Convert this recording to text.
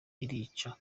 irica